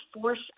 force